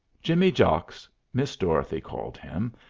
jimmy jocks, miss dorothy called him,